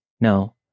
no